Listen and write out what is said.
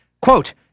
quote